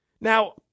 Now